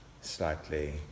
slightly